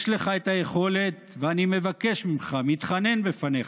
יש לך את היכולת ואני מבקש ממך, מתחנן בפניך: